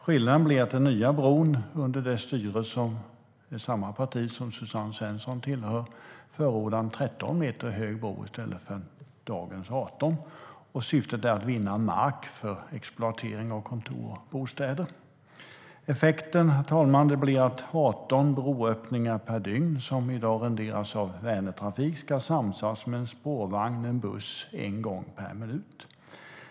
Skillnaden är att det parti som styr, som är samma parti som Suzanne Svensson tillhör, förordar att den nya bron ska vara 13 meter hög i stället för 18 meter som den nuvarande bron är. Syftet är att vinna mark för exploatering av kontor och bostäder. Effekten blir att 18 broöppningar per dygn, som i dag renderas av Vänertrafik, ska samsas med en spårvagn och en buss en gång per minut.